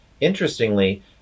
Interestingly